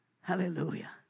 Hallelujah